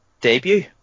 debut